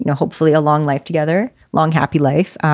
and hopefully a long life together, long happy life.